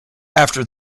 after